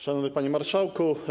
Szanowny Panie Marszałku!